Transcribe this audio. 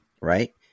Right